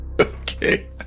Okay